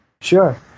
Sure